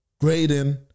grading